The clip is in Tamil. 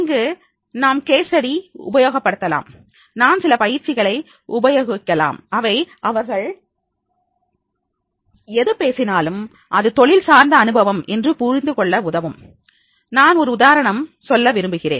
இங்கு நாம் கேஸ் ஸ்டடி உபயோகப்படுத்தலாம் நான் சில பயிற்சிகளை உபயோகிக்கலாம் அவை அவர்கள் எது பேசினாலும் அது தொழில் சார்ந்த அனுபவம் என்று புரிந்து கொள்ள உதவும் நான் ஒரு உதாரணம் சொல்ல விரும்புகிறேன்